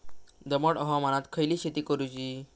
दमट हवामानात खयली शेती करूची?